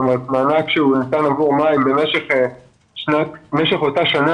כלומר מענק שניתן עבור מאי במשך אותה שנה